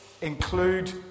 include